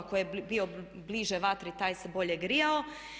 Tko je bio bliže vatri taj se bolje grijao.